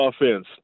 offense